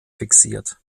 fixiert